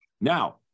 Now